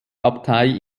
abtei